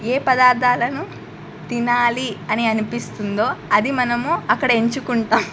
ఏ పదార్థాలను తినాలి అని అనిపిస్తుందో అది మనము అక్కడ ఎంచుకుంటాం